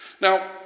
Now